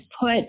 put